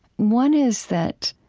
one is that